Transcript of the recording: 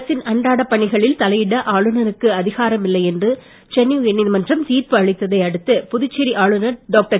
அரசின் அன்றாடப் பணிகளில் தலையிட ஆளுனருக்கு அதிகாரமில்லை என்று சென்னை உயர் நீதிமன்றம் தீர்ப்பு அளித்ததை அடுத்து புதுச்சேரி ஆளுனர் டாக்டர்